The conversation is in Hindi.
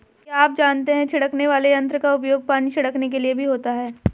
क्या आप जानते है छिड़कने वाले यंत्र का उपयोग पानी छिड़कने के लिए भी होता है?